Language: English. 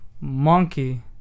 Monkey